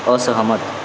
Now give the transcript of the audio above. असहमत